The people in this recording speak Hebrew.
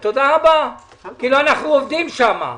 כאילו אנחנו עובדים שם.